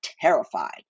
terrified